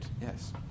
Yes